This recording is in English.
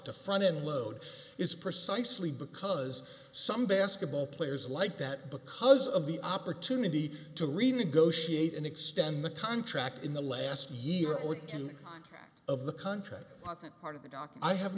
to front end load is precisely because some basketball players like that because of the opportunity to renegotiate and extend the contract in the last year or two of the country wasn't part of the doc i have